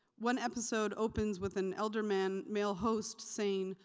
one episode opens with an elderman male host saying,